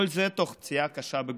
כל זה תוך פציעה קשה בגופו.